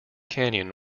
canyon